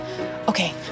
Okay